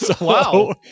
Wow